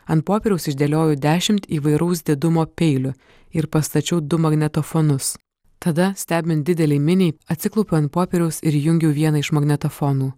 ant popieriaus išdėliojau dešimt įvairaus didumo peilių ir pastačiau du magnetofonus tada stebint didelei miniai atsiklaupiau ant popieriaus ir jungiu vieną iš magnetofonų